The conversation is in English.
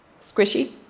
Squishy